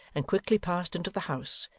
and quickly passed into the house,